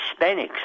Hispanics